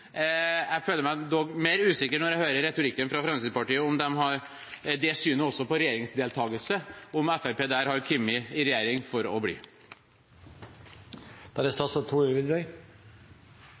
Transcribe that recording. Jeg føler meg dog mer usikker på, når jeg hører retorikken fra Fremskrittspartiet, om de har det synet også på regjeringsdeltakelse: at Fremskrittspartiet har kommet i regjering for å bli.